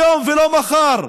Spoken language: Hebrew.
היום, ולא מחר.